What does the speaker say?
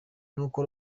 nuko